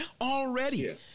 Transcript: already